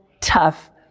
tough